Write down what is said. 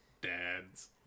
dads